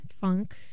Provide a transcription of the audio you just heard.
funk